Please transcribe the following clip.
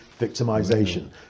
victimization